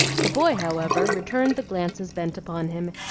the boy, however, returned the glances bent upon him,